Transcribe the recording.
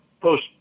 post